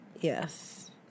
Yes